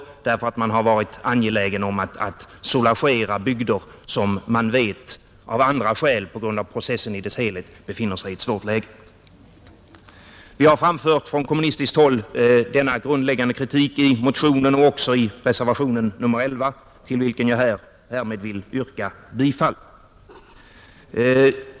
Man har varit angelägen om att soulagera bygder som man vet av andra skäl och på grund av processen i dess helhet befinner sig i ett svårt läge. Vi har från kommunistiskt håll framfört denna grundläggande kritik i motionen och också i reservationen 11, till vilken jag härmed vill yrka bifall.